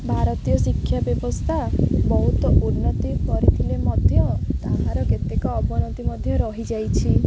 ଭାରତୀୟ ଶିକ୍ଷା ବ୍ୟବସ୍ଥା ବହୁତ ଉନ୍ନତି କରିଥିଲେ ମଧ୍ୟ ତାହାର କେତେକ ଅବନତି ମଧ୍ୟ ରହିଯାଇଛି